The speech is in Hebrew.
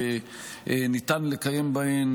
שניתן לקיים בהן